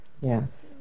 Yes